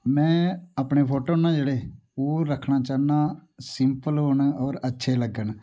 में अपने फोटो न जेह्ड़े ओह् रक्खना चाह्ना सिंपल होन अच्छे लग्गन